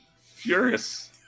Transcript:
Furious